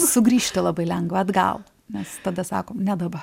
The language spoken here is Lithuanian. sugrįžti labai lengva atgal nes tada sakom ne dabar